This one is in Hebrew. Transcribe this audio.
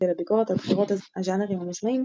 ולביקורת על בחירות הז'אנרים המושמעים,